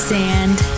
sand